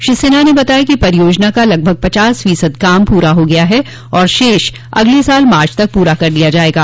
श्री सिन्हा ने बताया कि परियोजना का लगभग पचास फोसद काम पूरा हो गया है और शेष अगले साल मार्च तक पूरा कर लिया जायेगा